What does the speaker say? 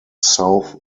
south